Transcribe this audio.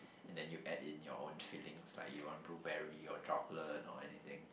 and then you add in your own fillings like you want blueberry or chocolate or anything